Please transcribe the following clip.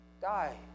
die